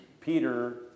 Peter